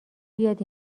بیاد